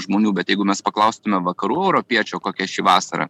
žmonių bet jeigu mes paklaustume vakarų europiečio kokia ši vasara